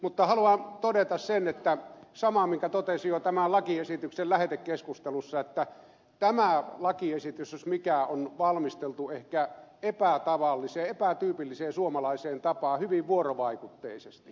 mutta haluan todeta sen saman minkä totesin jo tämän lakiesityksen lähetekeskustelussa että tämä lakiesitys jos mikä on valmisteltu ehkä epätavalliseen epätyypilliseen suomalaiseen tapaan hyvin vuorovaikutteisesti